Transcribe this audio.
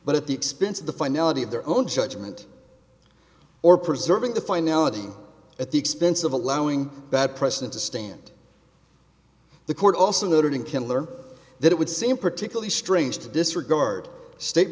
but at the expense of the finality of their own judgment or preserving the finality at the expense of allowing bad precedent to stand the court also noted in killer that it would seem particularly strange to disregard state